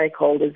stakeholders